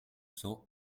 cents